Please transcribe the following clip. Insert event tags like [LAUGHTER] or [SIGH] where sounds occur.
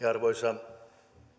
[UNINTELLIGIBLE] arvoisa